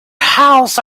hours